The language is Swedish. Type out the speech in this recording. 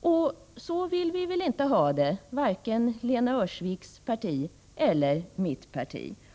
Och så vill vi väl inte ha det, varken Lena Öhrsviks parti eller mitt parti.